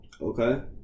Okay